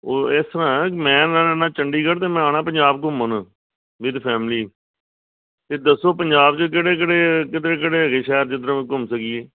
ਉਹ ਇਸ ਤਰਾਂ ਮੈਂ ਚੰਡੀਗੜ੍ਹ ਅਤੇ ਮੈਂ ਆਉਣਾ ਪੰਜਾਬ ਘੁੰਮਣ ਵਿਦ ਫੈਮਲੀ ਅਤੇ ਦੱਸੋ ਪੰਜਾਬ 'ਚ ਕਿਹੜੇ ਕਿਹੜੇ ਕਿਹੜੇ ਕਿਹੜੇ ਹੈਗੇ ਸ਼ਹਿਰ ਜਿੱਧਰ ਆਪਾਂ ਘੁੰਮ ਸਕੀਏ